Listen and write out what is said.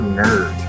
nerd